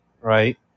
Right